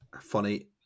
funny